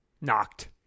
knocked